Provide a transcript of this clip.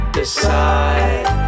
decide